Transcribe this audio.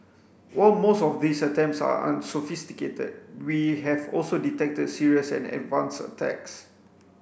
while most of these attempts are unsophisticated we have also detected serious and advanced attacks